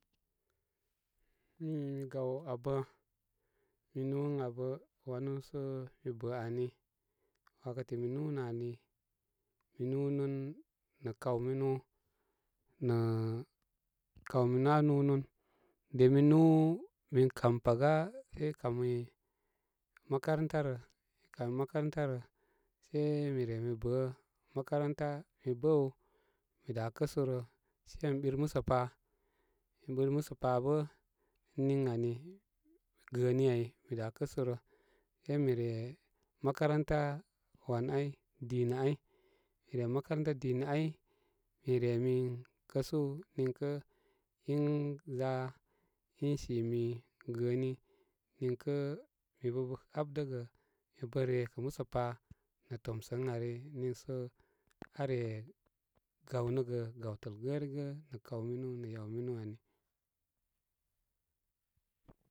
Min gaw abə min nú ən abə wanu sə mi bə ani wakati mi núnə ali, mi núnun nə kaw minu nə kawminu aa núnun de mi nú min kam paga ekami makaranta rə i kami makaranta rə se mi rə mi bə makarnata mi bəw mi da kəsu rə sei mi ɓir musə pa, mi ɓir musə pa bə niŋ ani gəəni ai mi da kəsurə se mire makaranta wanai dina ya mi re makaranta dina nai miremi kəsú niŋkə in za in simi gəəni niŋkə mi bə habdəgə mi pə re kə musə pa nə tomsə ən ari niisə aare gawnəgə gawtəl gərigə nə kawminu nə yaw minu ani.